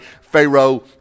Pharaoh